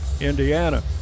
Indiana